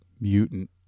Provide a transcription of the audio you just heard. Mutant